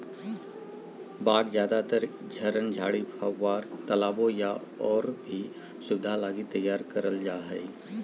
बाग ज्यादातर झरन, झाड़ी, फव्वार, तालाबो या और भी सुविधा लगी तैयार करल जा हइ